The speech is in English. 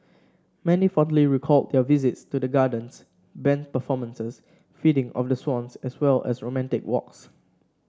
many fondly recalled their visits to the gardens band performances feeding of the swans as well as romantic walks